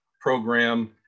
program